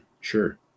sure